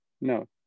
No